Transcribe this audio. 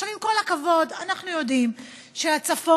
עכשיו,